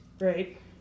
right